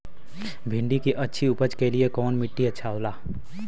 भिंडी की अच्छी उपज के लिए कवन मिट्टी अच्छा होला?